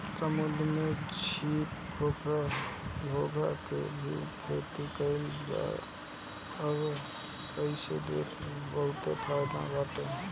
समुंदर में सीप, घोंघा के भी खेती कईल जात बावे एसे देश के बहुते फायदा बाटे